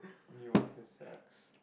Newater sucks